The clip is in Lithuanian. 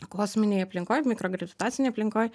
kosminėj aplinkoj mikrogravitacinėj aplinkoj